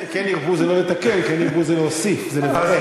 כן ירבו זה לא לתקן, כן ירבו זה להוסיף, זה לברך.